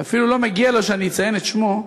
שאפילו לא מגיע לו שאני אציין את שמו,